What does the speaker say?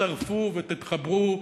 תצטרפו ותתחברו,